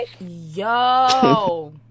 Yo